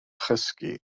chysgu